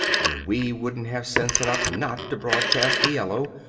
and we wouldn't have sense enough not to broadcast the yellow,